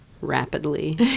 rapidly